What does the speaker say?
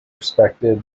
respected